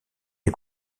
est